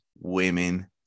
women